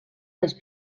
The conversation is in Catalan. les